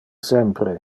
sempre